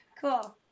Cool